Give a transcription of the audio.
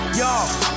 y'all